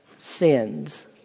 sins